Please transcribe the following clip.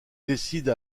décide